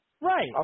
Right